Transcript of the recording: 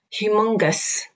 humongous